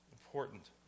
important